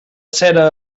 cera